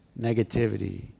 negativity